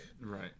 Right